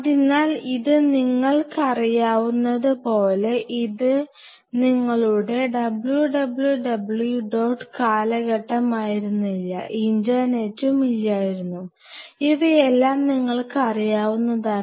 അതിനാൽ ഇത് നിങ്ങൾക്കറിയാവുന്നതുപോലെ ഇത് നിങ്ങളുടെ www ഡോട്ട് കാലഘട്ടമായിരുന്നില്ല ഇന്റർനെറ്റും ഇല്ലായിരുന്നു ഇവയെല്ലാം നിങ്ങൾക്ക് അറിയാവുന്നതാണ്